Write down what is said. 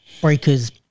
breakers